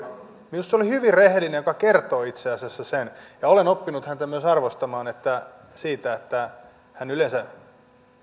minusta se oli hyvin rehellinen ja se kertoi itse asiassa sen ja olen oppinut häntä myös arvostamaan siitä että hän yleensä